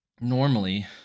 normally